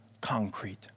concrete